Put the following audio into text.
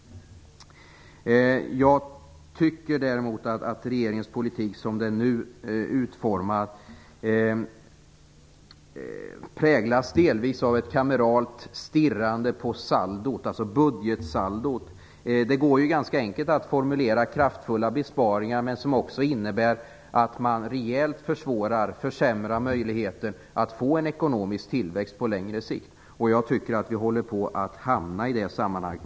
Däremot tycker jag att regeringens politik, som den nu är utformad, delvis präglas av ett kameralt stirrande på budgetsaldot. Det är ju ganska enkelt att formulera kraftfulla besparingar som också innebär att man rejält försämrar möjligheterna att få en ekonomisk tillväxt på längre sikt. Jag tycker att vi håller på att komma i det läget.